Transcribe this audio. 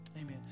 Amen